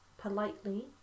politely